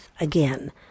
again